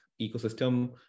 ecosystem